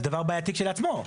זה דבר בעייתי כשלעצמו.